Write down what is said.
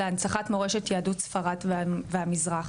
להנצחת מורשת יהדות ספרד והמזרח.